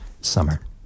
summer